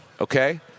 okay